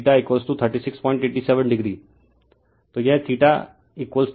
refer slide time 1909 इसलिए P1VL√cos30o और यह3687 o